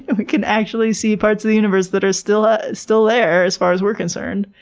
and we can actually see parts of the universe that are still still there as far as we're concerned.